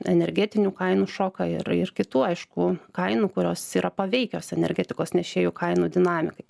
energetinių kainų šoką ir ir kitų aišku kainų kurios yra paveikios energetikos nešėjų kainų dinamikai